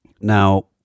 Now